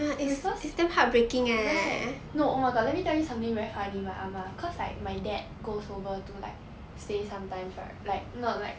because right no oh my god let me tell you something very funny my ah ma cause like my dad goes over to like stay sometimes right like not like